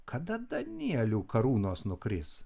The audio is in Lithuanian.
kada danielių karūnos nukris